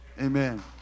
Amen